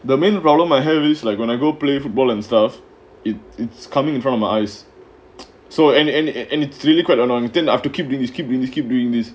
the main problem my hair like when I go play football and stuff it's it's coming in from ice so and and and it's really quite annoying enough to keep doing news keep going to keep doing this